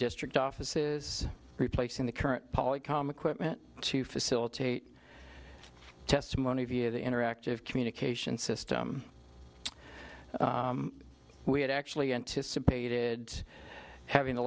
district offices replacing the current public comm equipment to facilitate testimony via the interactive communication system we had actually anticipated having the